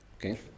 Okay